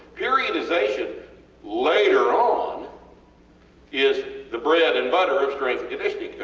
periodization later on is the bread and butter of strength and conditioning,